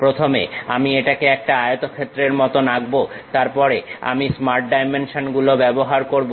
প্রথমে আমি এটাকে একটা আয়তক্ষেত্রের মত আঁকবো তারপরে আমি স্মার্ট ডাইমেনশন গুলো ব্যবহার করব